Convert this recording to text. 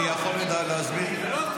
לא טוב.